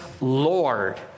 Lord